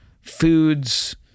foods